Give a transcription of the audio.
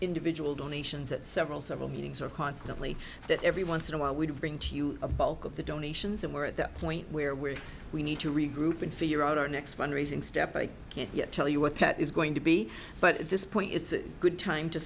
individual donations at several several meetings or constantly that every once in a while we'd bring to you a bulk of the donations and we're at the point where where we need to regroup and figure out our next fundraising step i can't yet tell you what that is going to be but at this point it's a good time to